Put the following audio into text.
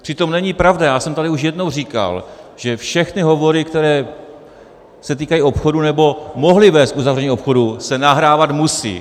Přitom není pravda, já jsem tady už jednou říkal, že všechny hovory, které se týkají obchodů nebo mohly vést k uzavření obchodu, se nahrávat musí.